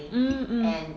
hmm hmm